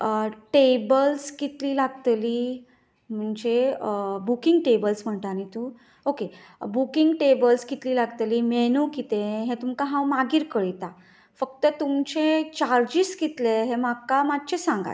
tables कितलीं लागतलीं म्हणजे बुकींग टेबल्स म्हणटा न्हय तूं ओके बुकींग टेबल्स कितलीं लागतलीं मेन्यू कितें हें तुमकां हांव मागीर कळयतां फक्त तुमचे चार्जीस कितले हे म्हाका मातशें सांगात